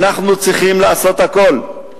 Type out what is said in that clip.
אנחנו צריכים לעשות הכול כדי